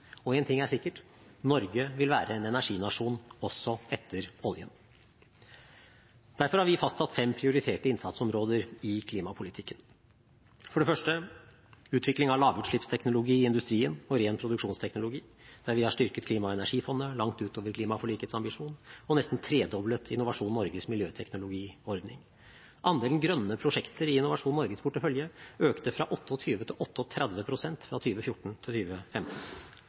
Og en ting er sikkert: Norge vil være en energinasjon også etter oljen. Derfor har vi fastsatt fem prioriterte innsatsområder i klimapolitikken: For det første, utvikling av lavutslippsteknologi i industrien og ren produksjonsteknologi, der vi har styrket klima- og energifondet langt ut over klimaforlikets ambisjon og nesten tredoblet Innovasjon Norges miljøteknologiordning. Andelen grønne prosjekter i Innovasjon Norges portefølje økte fra 28 pst. til 38 pst. fra 2014 til